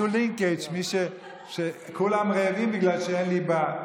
עשו לינקג' שכולם רעבים בגלל שאין ליבה.